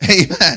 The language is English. Amen